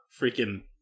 freaking